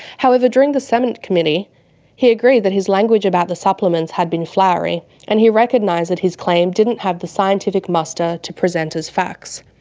however, during the senate committee hearing he agreed that his language about the supplements had been flowery and he recognised that his claim didn't have the scientific muster to present as fact,